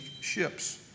ships